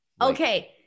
okay